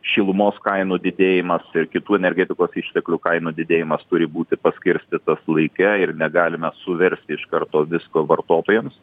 šilumos kainų didėjimas ir kitų energetikos išteklių kainų didėjimas turi būti paskirstytos laike ir negalime suversti iš karto visko vartotojams